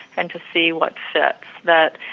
and to see what fits that,